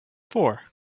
four